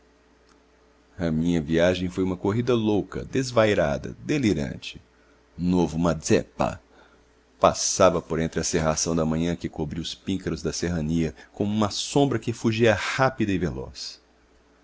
a minha viagem foi uma corrida louca desvairada delirante novo mazzeppa passava por entre a cerração da manhã que cobria os píncaros da serrania como uma sombra que fugia rápida e veloz